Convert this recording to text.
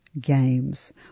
Games